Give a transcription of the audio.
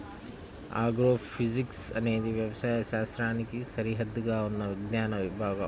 agrophysics అనేది వ్యవసాయ శాస్త్రానికి సరిహద్దుగా ఉన్న విజ్ఞాన విభాగం